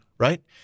Right